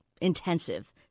intensive